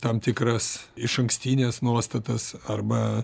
tam tikras išankstines nuostatas arba